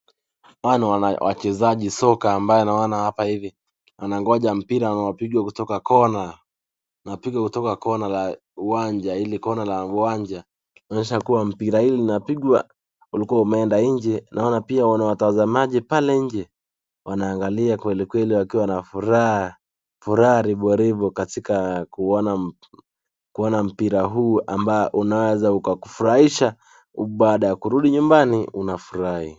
Hawa ni wachezaji soka ambao naona hapa hivi. Wanangoja mpira, wapige kutoka kona. Wapige kutoka kona la uwanja, hili kona la uwanja kuonyesha kuwa mpira hili linapigwa, ulikuwa umeenda nje, naona pia wana watazamaji pale nje wanaangalia kwelikweli wakiwa na furaha. Furaha riboribo katika kuona mpira huu ambao unaweza ukakufurahisha, baada ya kurudi nyumbani unafurahi.